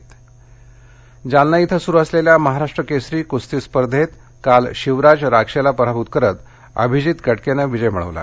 कुस्ती जालना पीटीसी जालना इथ सुरु असलेल्या महाराष्ट्र केसरी कुस्ती स्पर्धेत काल शिवराज राक्षेला पराभूत करत अभिजित कटकेनं विजय मिळवला